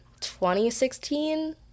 2016